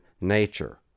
nature